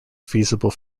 feasible